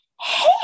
Hey